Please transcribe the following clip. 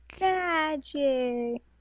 Magic